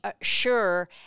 sure